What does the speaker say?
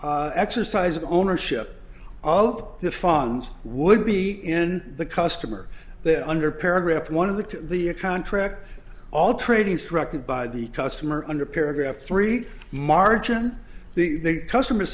the exercise of ownership of the funds would be in the customer that under paragraph one of the the a contract all trading structured by the customer under paragraph three margin the customer